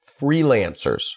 freelancers